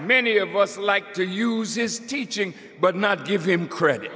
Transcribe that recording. many of us like to use is teaching but not give him credit